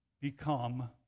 become